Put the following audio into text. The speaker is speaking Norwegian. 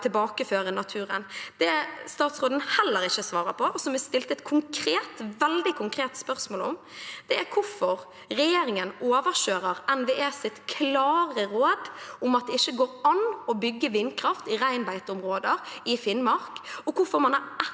tilbakeføre naturen? Det statsråden heller ikke svarer på, og som jeg stilte et veldig konkret spørsmål om, er hvorfor regjeringen overkjører NVEs klare råd om at det ikke går an å bygge vindkraft i reinbeiteområder i Finnmark, og hvorfor man har